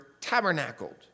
tabernacled